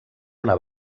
una